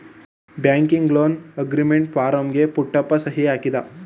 banking loan agreement ಫಾರಂಗೆ ಪುಟ್ಟಪ್ಪ ಸಹಿ ಹಾಕಿದ